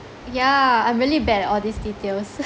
yeah I'm really bad at all these details